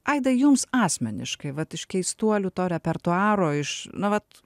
aidai jums asmeniškai vat iš keistuolių to repertuaro iš nu vat